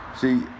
See